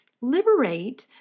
liberate